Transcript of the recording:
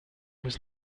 was